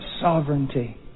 sovereignty